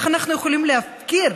איך אנחנו יכולים להפקיר